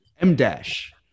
M-dash